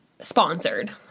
sponsored